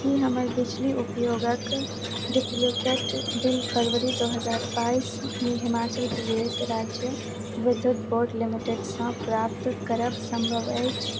की हमर बिजली उपयोगक डुप्लिकेट बिल फरवरी दू हजार बाइसमे हिमाचल प्रदेश राज्य विद्युत बोर्ड लिमिटेडसँ प्राप्त करब सम्भव अछि